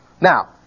Now